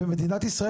ומדינת ישראל